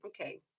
Okay